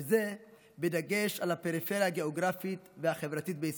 בדגש על הפריפריה הגיאוגרפית והחברתית בישראל.